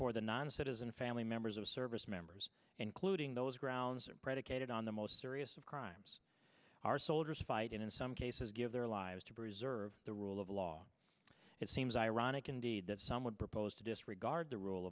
for the non citizen family members of service members including those grounds are predicated on the most serious of crimes our soldiers fighting in some cases give their lives to preserve the rule of law it seems ironic indeed that some would propose to disregard the rule